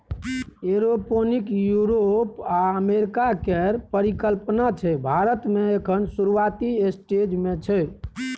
aeroponic Europe आ America केर परिकल्पना छै भारत मे एखन शुरूआती स्टेज मे छै